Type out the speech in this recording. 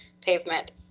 pavement